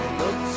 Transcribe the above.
look